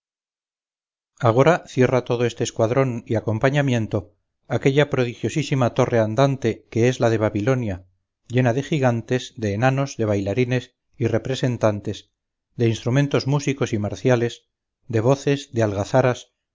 agora cierra todo este escuadrón y acompañamiento aquella prodigiosísima torre andante que es la de babilonia llena de gigantes de enanos de bailarines y representantes de instrumentos músicos y marciales de voces de